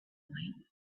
point